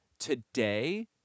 Today